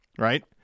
Right